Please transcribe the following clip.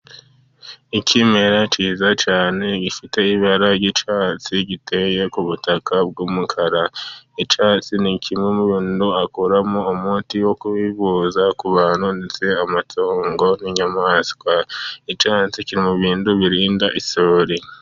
Ikimera cyiza cyane, gifite ibara ry'icyatsi, giteye ku butaka bw'umukara, icyatsi ni kimwe umuntu akoramo umuti wo kwivuza ku bantu, amatungo, n'inyamaswa. icyatsi kiri mu bintu birinda isuri.